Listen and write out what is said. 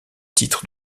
titre